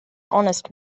honest